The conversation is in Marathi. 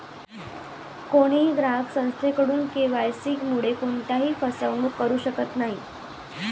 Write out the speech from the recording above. कोणीही ग्राहक संस्थेकडून के.वाय.सी मुळे कोणत्याही फसवणूक करू शकत नाही